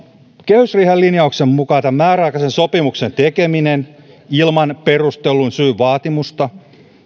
kehysriihen linjauksen mukaan tämän määräaikaisen sopimuksen tekeminen ilman perustellun syyn vaatimusta